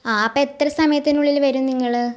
ആ അപ്പം എത്ര സമയത്തിനുള്ളിൽ വരും നിങ്ങൾ